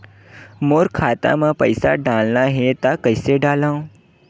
मोर खाता म पईसा डालना हे त कइसे डालव?